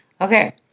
Okay